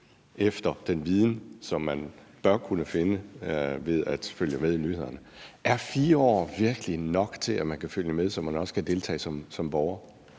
efter den viden, som man bør kunne finde ved at følge med i nyhederne. Er 4 år virkelig nok til, at man kan følge med, så man også kan deltage som borger?